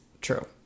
true